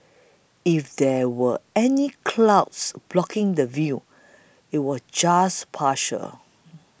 if there were any clouds blocking the view it was just partial